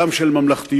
גם של ממלכתיות,